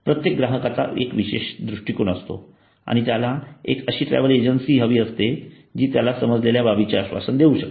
प्रत्येक ग्राहकाचा एक विशेष दृष्टीकोन असतो आणि त्याला एक अशी ट्रॅव्हल एजन्सी हवी असते जी त्यांना समजलेल्या बाबींचे आश्वासन देऊ शकेल